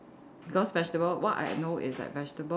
because vegetable what I know is that vegetables